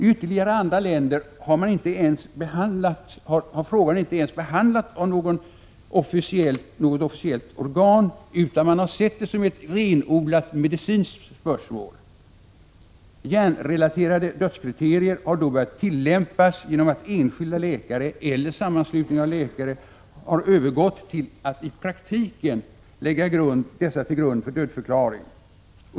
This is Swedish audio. I ytterligare andra länder har frågan inte ens behandlats i något officiellt organ, utan man har sett det som ett renodlat medicinskt spörsmål. Hjärnrelaterade dödskriterier har då börjat tillämpas genom att enskilda läkare eller sammanslutningar av läkare har övergått till att i praktiken lägga dessa till grund för dödförklaring.